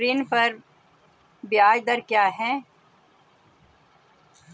ऋण पर ब्याज दर क्या है?